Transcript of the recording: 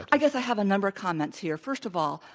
i guess i have a number of comments here. first of all,